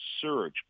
surge